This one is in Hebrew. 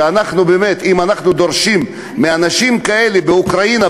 שאם אנחנו דורשים מאנשים כאלה באוקראינה,